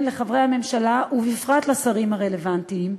וכן לחברי הממשלה, ובפרט לשרים הרלוונטיים,